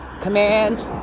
Command